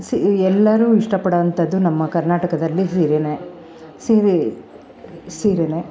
ಎಲ್ಲರೂ ಇಷ್ಟಪಡುವಂಥದ್ದು ನಮ್ಮ ಕರ್ನಾಟಕದಲ್ಲಿ ಸೀರೆನೇ ಸೀರೆ ಸೀರೆನೇ